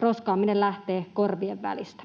Roskaaminen lähtee korvien välistä.